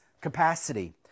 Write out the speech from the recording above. capacity